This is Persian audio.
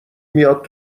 میاد